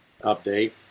Update